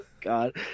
god